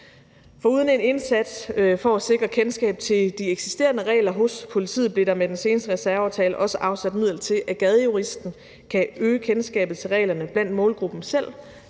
Foruden en indsats for at sikre kendskab til de eksisterende regler hos politiet blev der med den seneste reserveaftale også afsat midler til, at Gadejuristen kan øge kendskabet til reglerne blandt målgruppen selv,